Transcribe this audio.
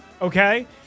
Okay